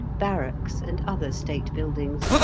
barracks, and other state buildings,